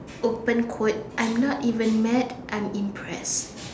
open quote I'm not even mad I'm impressed